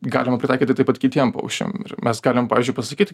galima pritaikyti taip pat kitiem paukščiam mes galim pavyzdžiui pasakyt